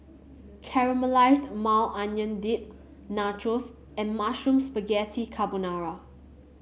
Caramelized Maui Onion Dip Nachos and Mushroom Spaghetti Carbonara